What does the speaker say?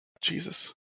Jesus